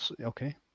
Okay